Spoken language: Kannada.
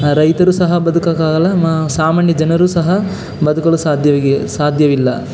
ರೈತರು ಸಹ ಬದುಕೋಕ್ಕಾಗಲ್ಲ ಸಾಮಾನ್ಯ ಜನರು ಸಹ ಬದುಕಲು ಸಾಧ್ಯವಾಗಿ ಸಾಧ್ಯವಿಲ್ಲ